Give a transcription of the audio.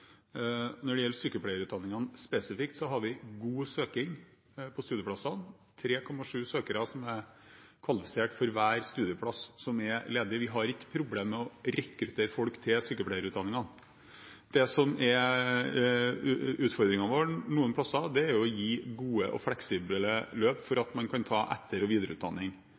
spesifikt, har vi god søkning på studieplassene. Det er 3,7 søkere som er kvalifisert for hver studieplass som er ledig. Vi har ikke problemer med å rekruttere folk til sykepleierutdanningene. Det som er utfordringen vår noen plasser, er å gi gode og fleksible løp for at man kan ta etter- og videreutdanning.